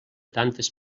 tantes